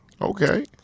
Okay